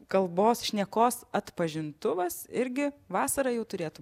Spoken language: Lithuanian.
kalbos šnekos atpažintuvas irgi vasarą jau turėtų